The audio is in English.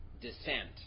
descent